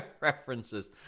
references